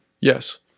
Yes